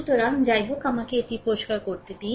সুতরাং যাইহোক আমাকে এটি পরিষ্কার করুন